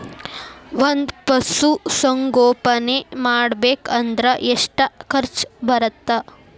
ಒಂದ್ ಪಶುಸಂಗೋಪನೆ ಮಾಡ್ಬೇಕ್ ಅಂದ್ರ ಎಷ್ಟ ಖರ್ಚ್ ಬರತ್ತ?